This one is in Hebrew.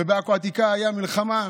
ובעכו העתיקה הייתה מלחמה.